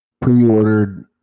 pre-ordered